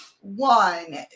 one